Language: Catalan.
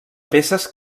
peces